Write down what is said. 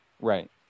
Right